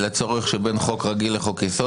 לצורך שבין חוק רגיל לחוק יסוד?